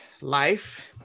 Life